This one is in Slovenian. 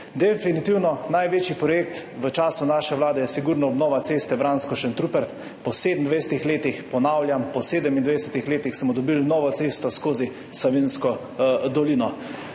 Definitivno je največji projekt v času naše vlade sigurno obnova ceste Vransko–Šentrupert. Po 27 letih, ponavljam, po 27 letih smo dobili novo cesto skozi Savinjsko dolino.